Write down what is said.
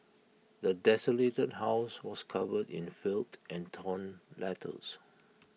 the desolated house was covered in filth and torn letters